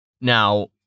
Now